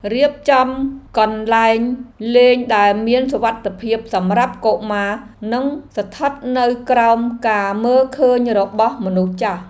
រៀបចំកន្លែងលេងដែលមានសុវត្ថិភាពសម្រាប់កុមារនិងស្ថិតនៅក្រោមការមើលឃើញរបស់មនុស្សចាស់។